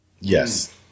Yes